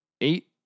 eight